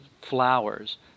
flowers